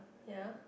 ya